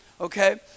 Okay